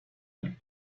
and